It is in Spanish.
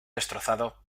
destrozado